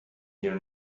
here